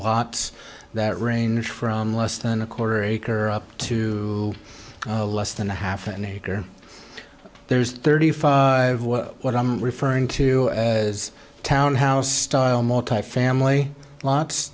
lots that range from less than a quarter acre up to less than half an acre there's thirty five what i'm referring to as townhouse style multifamily lots